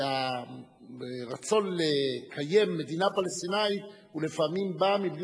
שהרצון לקיים מדינה פלסטינית לפעמים בא בלי